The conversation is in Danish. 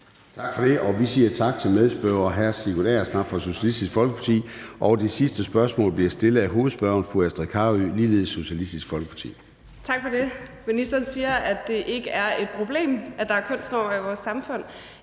Tak for det, og vi siger tak til medspørger hr. Sigurd Agersnap fra Socialistisk Folkeparti. Det sidste spørgsmål bliver stillet af hovedspørgeren, fru Astrid Carøe, ligeledes fra Socialistisk Folkeparti. Kl. 14:00 Astrid Carøe (SF): Tak for det. Ministeren siger, at det ikke er et problem, at der er kønsnormer i vores samfund.